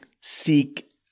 seek